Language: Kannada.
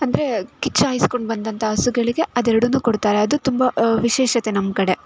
ಅಂದರೆ ಕಿಚ್ಚುಹಾಯಿಸ್ಕೊಂಡ್ ಬಂದಂಥ ಹಸುಗಳಿಗೆ ಅದು ಎರಡನ್ನು ಕೊಡ್ತಾರೆ ಅದು ತುಂಬ ವಿಶೇಷತೆ ನಮ್ಮ ಕಡೆ